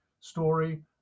story